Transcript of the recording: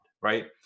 right